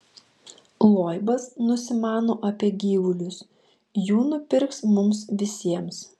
loibas nusimano apie gyvulius jų nupirks mums visiems